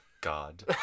God